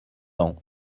ans